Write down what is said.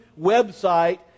website